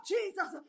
Jesus